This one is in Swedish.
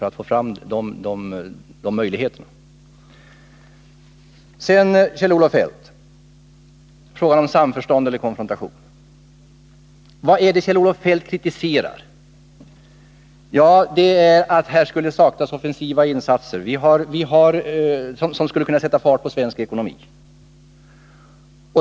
Jag undrar vidare, Kjell-Olof Feldt, beträffande frågan om samförstånd eller konfrontation: Vad är det Kjell-Olof Feldt kritiserar? Det är att det skulle saknas offensiva insatser som skulle kunna sätta fart på svensk ekonomi.